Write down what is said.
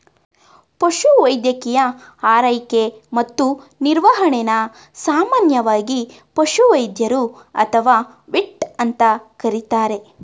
ಪಶುವೈದ್ಯಕೀಯ ಆರೈಕೆ ಮತ್ತು ನಿರ್ವಹಣೆನ ಸಾಮಾನ್ಯವಾಗಿ ಪಶುವೈದ್ಯರು ಅಥವಾ ವೆಟ್ ಅಂತ ಕರೀತಾರೆ